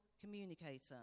communicator